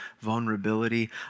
vulnerability